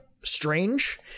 Strange